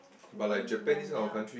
you won't learn well